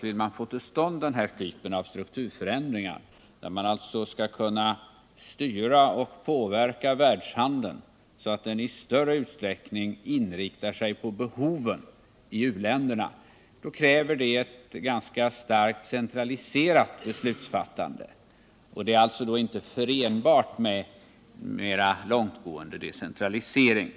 Vill man få till stånd strukturförändringar som gör att man kan styra och påverka världshandeln så att den i större utsträckning inriktar sig på u-ländernas behov, så krävs ett ganska starkt centraliserat beslutsfattande. Det är inte förenligt med mera långtgående decentralisering.